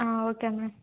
okay మ్యా